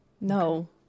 No